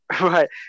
right